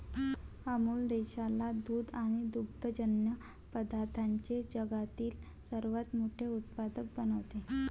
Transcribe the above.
अमूल देशाला दूध आणि दुग्धजन्य पदार्थांचे जगातील सर्वात मोठे उत्पादक बनवते